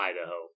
Idaho